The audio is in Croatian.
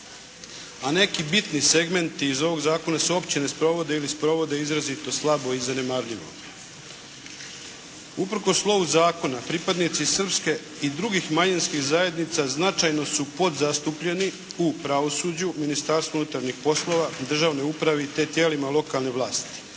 a neki bitni segmenti iz ovog zakona se uopće ne sprovode ili sprovode izrazito slabo i zanemarljivo. Usprkos slovu zakona pripadnici srpske i drugih manjinskih zajednica značajno su podzastupljeni u pravosuđu, Ministarstvu unutarnjih poslova, državnoj upravi te tijelima lokalne vlasti.